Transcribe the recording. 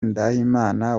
ngendahimana